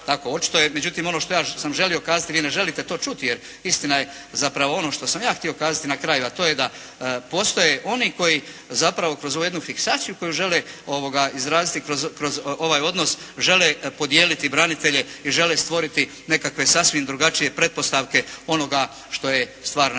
tako očito je. Međutim ono što sam ja želio kazati, vi ne želite to čuti jer istina je zapravo ono što sam ja htio kazati na kraju, a to je da postoje oni koji zapravo kroz ovu jednu fiksaciju koju žele izraziti kroz ovaj odnos, žele podijeliti branitelje i žele stvoriti nekakve sasvim drugačije pretpostavke onoga što je stvarna